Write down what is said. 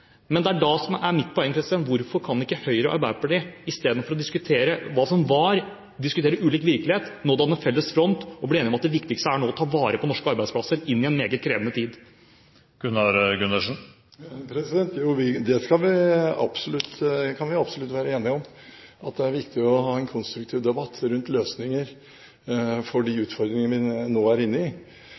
Men da er mitt poeng: Hvorfor kan ikke Høyre og Arbeiderpartiet istedenfor å diskutere hva som var, og diskutere ulik virkelighet, nå danne felles front og bli enige om at det viktigste nå er å ta vare på norske arbeidsplasser inn i en meget krevende tid? Vi kan absolutt være enige om at det er viktig å ha en konstruktiv debatt om løsninger på de utfordringene vi nå er inne i,